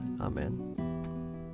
Amen